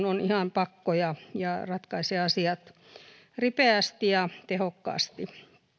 on ihan pakko ja ja ratkaisee asiat ripeästi ja tehokkaasti